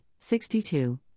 62